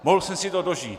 Mohl jsem si to dožít.